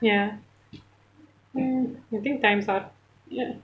ya mm I think time's up ya